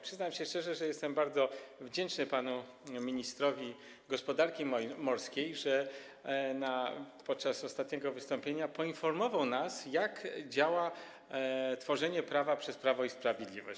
Przyznam szczerze, że jestem bardzo wdzięczny panu ministrowi gospodarki morskiej, że podczas ostatniego wystąpienia poinformował nas, jak działa tworzenie prawa przez Prawo i Sprawiedliwość.